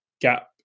gap